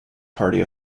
party